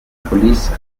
police